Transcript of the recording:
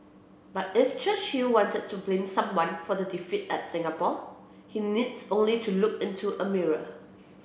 but if Churchill wanted to blame someone for the defeat at Singapore he needs only to look into a mirror